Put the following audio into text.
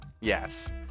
Yes